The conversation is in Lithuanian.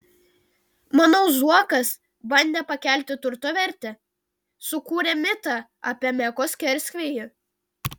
manau zuokas bandė pakelti turto vertę sukūrė mitą apie meko skersvėjį